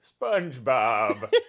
SpongeBob